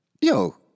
yo